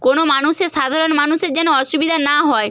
কোনও মানুষের সাধারণ মানুষের যেন অসুবিধা না হয়